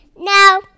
No